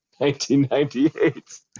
1998